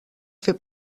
fer